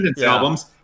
albums